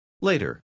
later